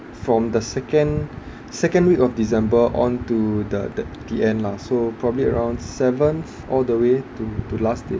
from the second second week of december onto the the the end lah so probably around seventh all the way to to last day